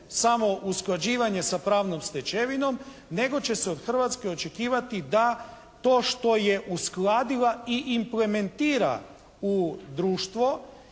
samo usklađivanje sa pravnom stečevinom nego će se od Hrvatske očekivati da to što je uskladila i implementira u društvo